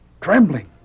Trembling